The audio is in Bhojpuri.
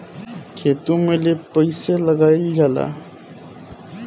खेतो में लेप कईसे लगाई ल जाला?